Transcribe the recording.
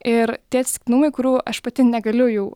ir tie atsitiktinumai kurių aš pati negaliu jų